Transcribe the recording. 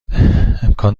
امکان